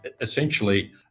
essentially